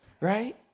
Right